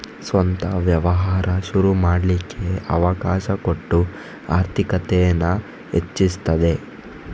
ಸ್ವಂತ ವ್ಯವಹಾರ ಶುರು ಮಾಡ್ಲಿಕ್ಕೆ ಅವಕಾಶ ಕೊಟ್ಟು ಆರ್ಥಿಕತೇನ ಹೆಚ್ಚಿಸ್ತದೆ